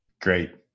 Great